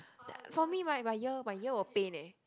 for me right my ear my ear will pain eh